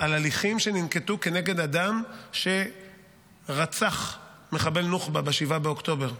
הליכים שננקטו כנגד אדם ש"רצח" מחבל נוח'בה ב-7 באוקטובר,